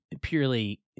purely